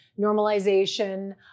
normalization